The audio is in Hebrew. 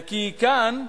כי כאן,